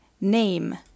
Name